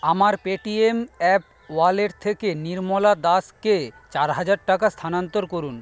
আমার Paytm app wallet থেকে নির্মলা দাসকে চার হাজার টাকা স্থানান্তর করুন